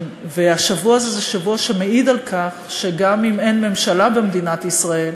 והשבוע הזה הוא שבוע שמעיד על כך שגם אם אין ממשלה במדינת ישראל,